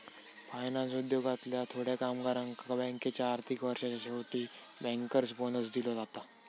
finance उद्योगातल्या थोड्या कामगारांका बँकेच्या आर्थिक वर्षाच्या शेवटी बँकर्स बोनस दिलो जाता